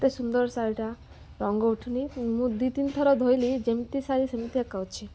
ଏତେ ସୁନ୍ଦର ଶାଢ଼ୀଟା ରଙ୍ଗ ଉଠୁନି ମୁଁ ଦୁଇ ତିିନିଥର ଧୋଇଲି ଯେମିତି ଶାଢ଼ୀ ସେମିତି ଏକା ଅଛି